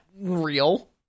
real